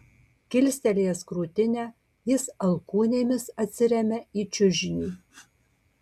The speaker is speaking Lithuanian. kilstelėjęs krūtinę jis alkūnėmis atsiremia į čiužinį